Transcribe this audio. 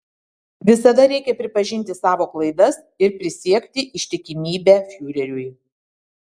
visada reikia pripažinti savo klaidas ir prisiekti ištikimybę fiureriui